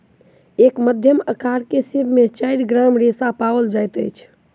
एक मध्यम अकार के सेब में चाइर ग्राम रेशा पाओल जाइत अछि